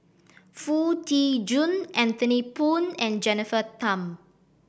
Foo Tee Jun Anthony Poon and Jennifer Tham